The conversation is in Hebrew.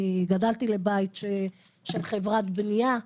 אני גדלתי לבית של חברת בנייה,